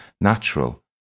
Natural